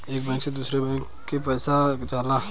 एक बैंक से दूसरे बैंक में कैसे पैसा जाला?